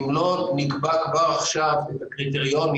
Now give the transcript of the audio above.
אם לא נקבע כבר עכשיו את הקריטריונים